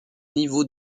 niveau